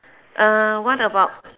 uh what about